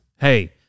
Hey